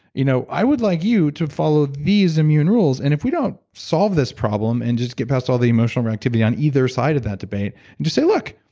you know, i would like you to follow these immune rules. and if we don't solve this problem and just get past all the emotional reactivity on either side of that debate, and just say, look,